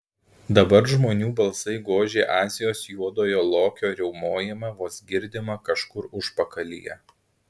dabar žmonių balsai gožė azijos juodojo lokio riaumojimą vos girdimą kažkur užpakalyje